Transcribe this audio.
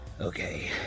Okay